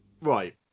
Right